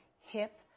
hip